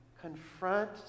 confront